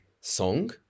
song